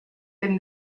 been